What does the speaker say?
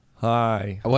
Hi